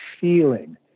feeling